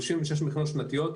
56 מכינות שנתיות,